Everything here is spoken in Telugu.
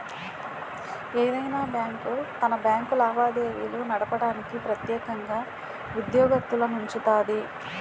ఏదైనా బ్యాంకు తన బ్యాంకు లావాదేవీలు నడపడానికి ప్రెత్యేకంగా ఉద్యోగత్తులనుంచుతాది